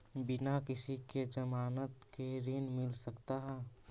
बिना किसी के ज़मानत के ऋण मिल सकता है?